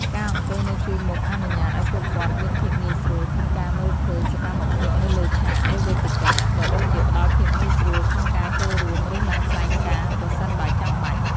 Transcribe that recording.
ការអង្គុយនៅជួរមុខអនុញ្ញាតឲ្យពួកគាត់មានភាពងាយស្រួលក្នុងការមើលឃើញសកម្មភាពនៅលើឆាក ឬវេទិកា ក៏ដូចជាផ្តល់ភាពងាយស្រួលក្នុងការចូលរួម ឬឡើងថ្លែងការណ៍ប្រសិនបើចាំបាច់។